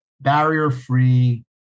barrier-free